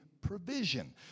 provision